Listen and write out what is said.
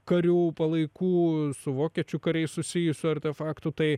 karių palaikų su vokiečių kariais susijusių artefaktų tai